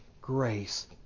grace